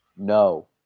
No